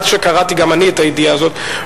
עד שקראתי גם אני את הידיעה הזאת,